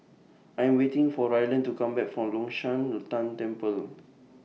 I Am waiting For Ryland to Come Back from Long Shan Tang Temple